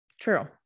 True